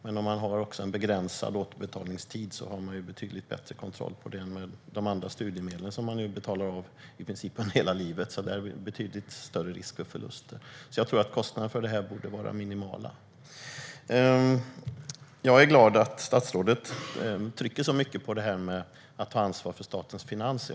Men om man har en begränsad återbetalningstid har man betydligt bättre kontroll än när det gäller de andra studiemedlen, som ju betalas av i princip under hela livet. Där är det betydligt större risk för förluster. Kostnaderna för detta borde alltså vara minimala. Jag är glad att statsrådet trycker så mycket på att ta ansvar för statens finanser.